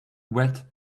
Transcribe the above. wet